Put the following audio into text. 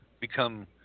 become